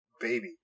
baby